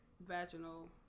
vaginal